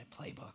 playbook